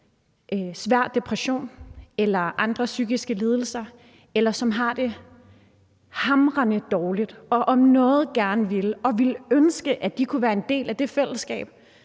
svær depression eller andre psykiske lidelser, eller som har det hamrende dårligt, og som om noget ville ønske, at de kunne være en del af det fællesskab,